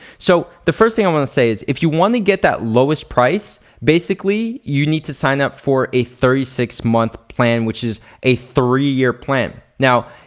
so, the first thing i wanna say is if you wanna get that lowest price, basically you need to sign up for a thirty six month plan which is a three year plan. now,